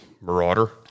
Marauder